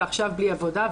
ועכשיו בלי עבודה,